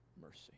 mercy